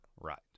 Right